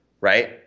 right